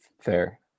fair